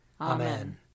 Amen